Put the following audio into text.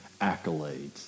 accolades